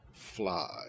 fly